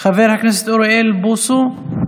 חבר הכנסת אוריאל בוסו,